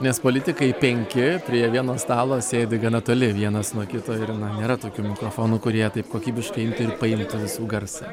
nes politikai penki prie vieno stalo sėdi gana toli vienas nuo kito ir na nėra tokių mikrofonų kurie taip kokybiškai imtų ir paim visų garsą